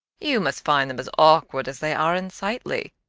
you must find them as awkward as they are unsightly.